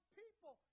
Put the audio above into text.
people